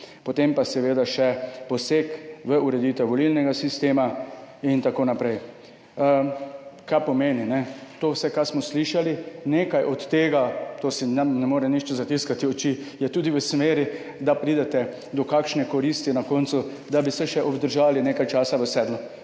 potem pa seveda še poseg v ureditev volilnega sistema in tako naprej. Kaj pomeni to, kar smo slišali? Nekaj od tega, nihče si ne more zatiskati oči, je tudi v smeri, da pridete na koncu do kakšne koristi, da bi se še obdržali nekaj časa v sedlu.